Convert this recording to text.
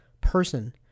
person